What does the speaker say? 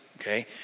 Okay